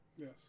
Yes